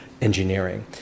engineering